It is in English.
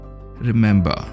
Remember